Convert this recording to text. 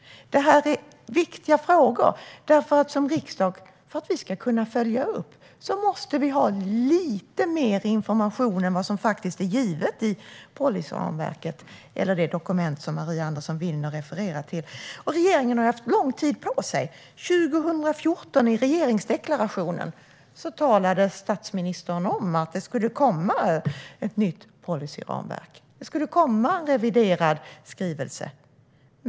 Det här är viktiga frågor, för om vi som riksdag ska kunna följa upp måste vi ha lite mer information än vad som faktiskt är givet i policyramverket eller det dokument som Maria Andersson Willner refererar till. Och regeringen har haft lång tid på sig. I regeringsdeklarationen 2014 talade statministern om att det skulle komma ett nytt policyramverk och en reviderad skrivelse.